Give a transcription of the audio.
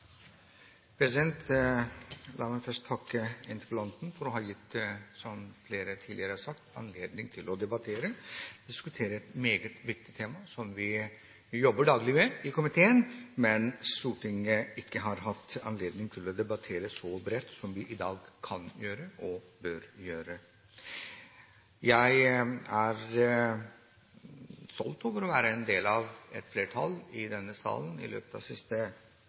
La meg først takke interpellanten for å ha gitt anledning til – som flere tidligere har sagt – å debattere og diskutere et meget viktig tema som vi jobber daglig med i komiteen, men som Stortinget ikke har hatt anledning til å debattere så bredt som vi i dag kan gjøre og bør gjøre. Jeg er stolt over å være en del av et flertall i denne salen som i løpet av de siste